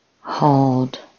hold